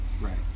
right